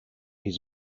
his